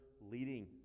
leading